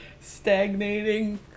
stagnating